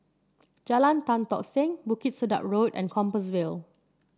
Jalan Tan Tock Seng Bukit Sedap Road and Compassvale